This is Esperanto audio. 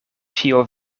ĉio